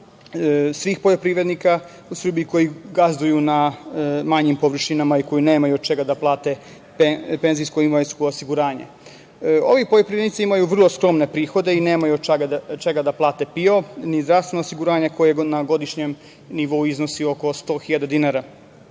svih poljoprivrednika u Srbiji koji gazduju na manjim površinama i koji nemaju od čega da plate penzijsko-invalidsko osiguranje. Ovi poljoprivrednici imaju vrlo skromne prihode i nemaju od čega da plate PIO ni zdravstveno osiguranje koje na godišnjem nivou iznosu oko 100 hiljada dinara.